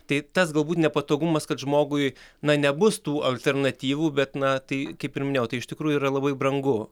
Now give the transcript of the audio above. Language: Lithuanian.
tai tas galbūt nepatogumas kad žmogui na nebus tų alternatyvų bet na tai kaip ir minėjau tai iš tikrųjų yra labai brangu